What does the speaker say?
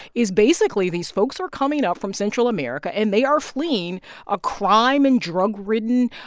is, basically, these folks are coming up from central america. and they are fleeing ah crime and drug-ridden,